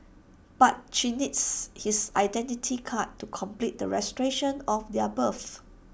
but she needs his Identity Card to complete the registration of their births